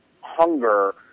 hunger